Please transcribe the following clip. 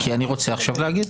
כי אני רוצה עכשיו להגיד.